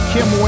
Kim